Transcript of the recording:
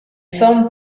forment